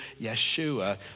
Yeshua